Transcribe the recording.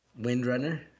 Windrunner